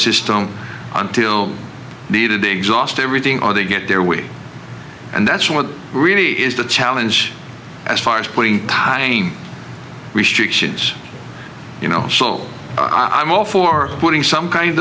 system until the to exhaust everything or they get their way and that's what really is the challenge as far as putting tying restrictions you know soul i'm all for putting some kind